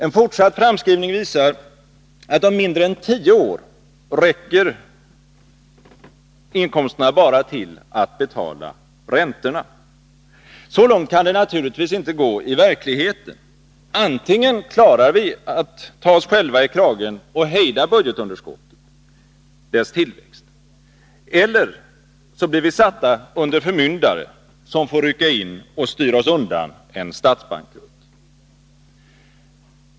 En fortsatt framskrivning visar att om mindre än tio år räcker inkomsterna bara till att betala räntorna. Så långt kan det naturligtvis inte gå i verkligheten. Antingen klarar vi att ta oss själva i kragen och hejda budgetunderskottets tillväxt, eller också blir vi satta under förmyndare, som får rycka in och styra oss undan en statsbankrutt.